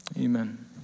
Amen